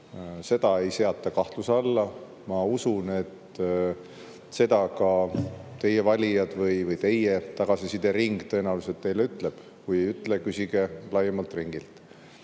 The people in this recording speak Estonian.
Seda ei seata kahtluse alla. Ma usun, et seda ka teie valijad või teie tagasisidestajate ring teile tõenäoliselt ütlevad. Kui ei ütle, küsige laiemalt ringilt.